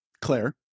claire